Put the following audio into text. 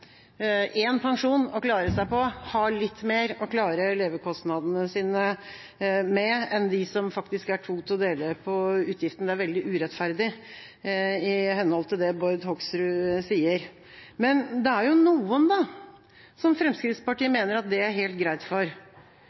én pensjon å klare seg på, har litt mer å klare levekostnadene sine med enn de som faktisk er to til å dele på utgiftene, og det er veldig urettferdig i henhold til det Bård Hoksrud sier. Men det er noen som Fremskrittspartiet mener at det er helt greit for.